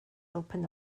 opened